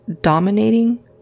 dominating